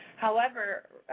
however,